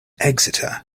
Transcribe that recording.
exeter